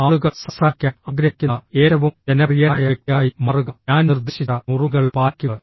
ആളുകൾ സംസാരിക്കാൻ ആഗ്രഹിക്കുന്ന ഏറ്റവും ജനപ്രിയനായ വ്യക്തിയായി മാറുക ഞാൻ നിർദ്ദേശിച്ച നുറുങ്ങുകൾ പാലിക്കുക